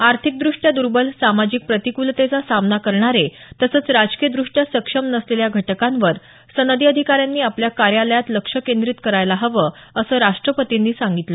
आर्थिकदृष्टया दुर्बल सामाजिक प्रतिकूलतेचा सामना करणारे तसंच राजकीयदृष्टया सक्षम नसलेल्या घटकांवर सनदी अधिकाऱ्यांनी आपल्या कार्यकालात लक्ष केंद्रीत करायला हवं असं राष्ट्रपतींनी सांगितलं